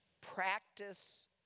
Practice